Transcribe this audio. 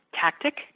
tactic